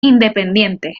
independiente